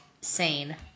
sane